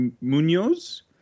Munoz